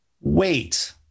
wait